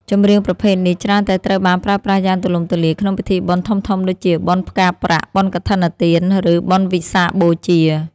ចម្រៀងប្រភេទនេះច្រើនតែត្រូវបានប្រើប្រាស់យ៉ាងទូលំទូលាយក្នុងពិធីបុណ្យធំៗដូចជាបុណ្យផ្កាប្រាក់ បុណ្យកឋិនទាន ឬបុណ្យវិសាខបូជា